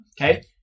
okay